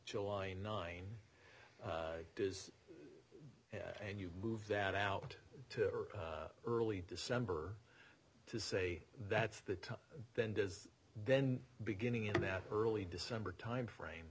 july nine does and you move that out to early december to say that the time then does then beginning in that early december timeframe